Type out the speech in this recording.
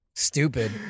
Stupid